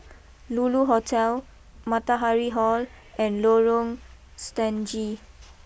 Lulu Hotel Matahari Hall and Lorong Stangee